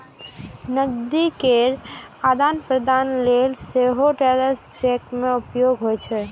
नकदी केर आदान प्रदान लेल सेहो ट्रैवलर्स चेक के उपयोग होइ छै